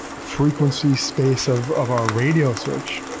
frequency space of of our radio search,